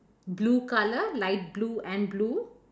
blue colour light blue and blue